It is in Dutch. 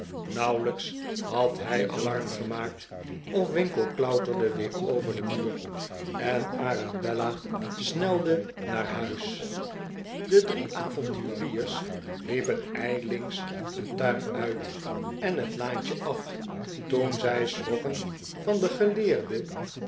nauwelijks had hij alarm gemaakt of winkle klauterde weer over den muur en arabella snelde naar huis de drie avonturiers liepen ijlings den tuin uit en de laan af toen zij schrokken van den geleerde